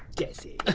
dezzy! ah